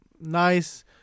nice